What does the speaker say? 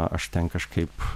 aš ten kažkaip